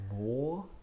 more